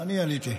אני עליתי.